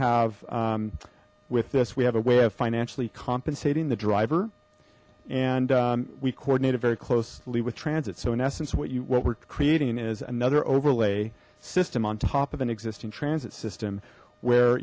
have with this we have a way of financially compensating the driver and we coordinated very closely with transit so in essence what you what we're creating is another overlay system on top of an existing transit system where